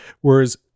whereas